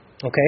Okay